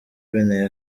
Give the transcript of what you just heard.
binteye